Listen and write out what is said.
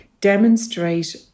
demonstrate